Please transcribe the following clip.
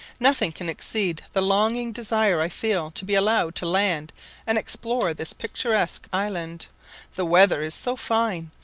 nothing can exceed the longing desire i feel to be allowed to land and explore this picturesque island the weather is so fine,